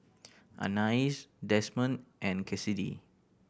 Anais Desmond and Cassidy